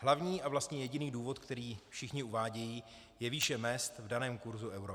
Hlavní a vlastně jediný důvod, který všichni uvádějí, je výše mezd v daném kurzu eura.